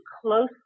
close